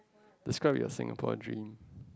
describe your Singapore dream